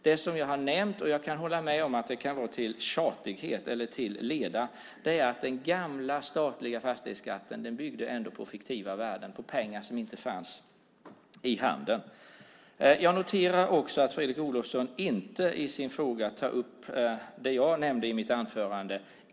Det som jag har nämnt - jag kan hålla med om att jag kan ha gjort det till leda - är att den gamla statliga fastighetsskatten byggde på fiktiva värden, på pengar som inte fanns i handen. Jag noterar också att Fredrik Olovsson inte i sin replik tar upp det som jag nämnde i mitt anförande.